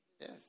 Yes